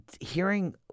hearing